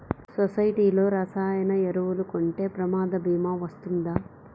సొసైటీలో రసాయన ఎరువులు కొంటే ప్రమాద భీమా వస్తుందా?